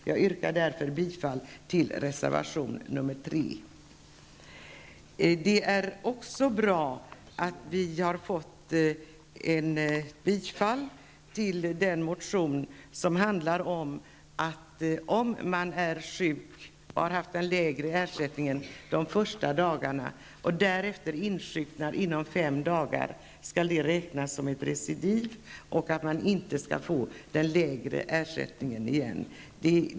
Jag yrkar bifall till reservation Det är bra att vi har en motion tillstyrkt som handlar om att om man är sjuk och har haft en lägre ersättning de första dagarna och därefter insjuknar inom fem dagar, så räknas det som ett recidiv. Man skall då inte få den lägre ersättningen igen.